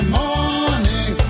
morning